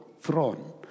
throne